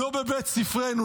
לא בבית ספרנו.